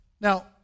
Now